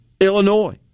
Illinois